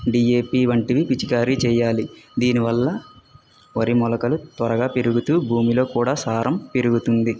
DAP వంటివి పిచికారి చేయాలి దీనివల్ల వరిములకలు త్వరగా పెరుగుతూ భూమిలో కూడా సారం పెరుగుతుంది